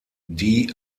die